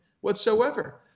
whatsoever